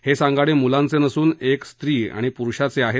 ते सांगाडे मुलांचे नसून एका स्री आणि प्रुषाचे आहेत